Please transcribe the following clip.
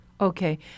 Okay